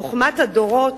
חוכמת הדורות,